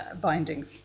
bindings